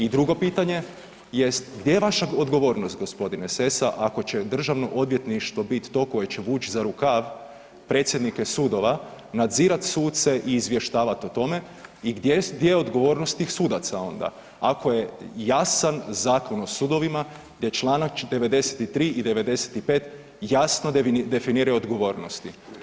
I drugo pitanje jest, gdje je vaša odgovornost gospodine Sessa ako će Državno odvjetništvo bit to koje će vući za rukav predsjednike sudova, nadzirat suce i izvještavat o tome i gdje je odgovornost tih sudaca onda, ako je jasan Zakon o sudovima gdje Članak 93. i 95. jasno definiraju odgovornosti.